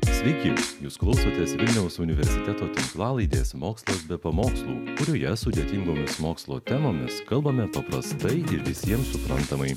sveiki jūs klausotės vilniaus universiteto tinklalaidės mokslas be pamokslų kurioje sudėtingomis mokslo temomis kalbame paprastai ir visiems suprantamai